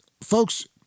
folks